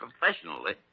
professionally